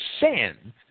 sin